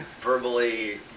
verbally